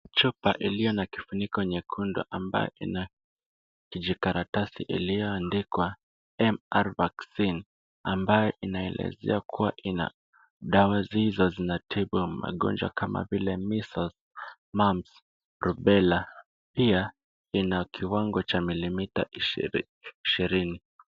Chupa iliyo na kifuniko nyekundu ambayo ina kijikaratasi iliyoandikwa MR Vaccine ambayo inaelezea kuwa dawa hizo zinatibu magonjwa kama vile Measles, Mumps, Rubella pia ina kiwango cha 20ml.